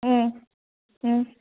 ꯎꯝ ꯎꯝ